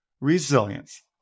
Resilience